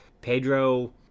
Pedro